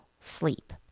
sleep